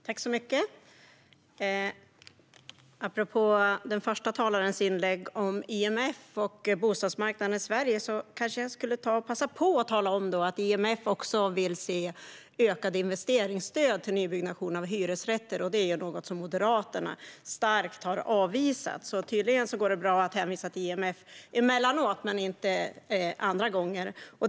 Fru ålderspresident! Apropå den första talarens inlägg om IMF och bostadsmarknaden i Sverige kanske jag skulle ta och passa på att tala om att IMF också vill se ökade investeringsstöd till nybyggnation av hyresrätter. Det är dock något som Moderaterna starkt har avvisat. Tydligen går det bra att hänvisa till IMF emellanåt, men inte andra gånger.